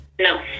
No